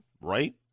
right